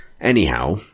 anyhow